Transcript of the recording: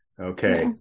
okay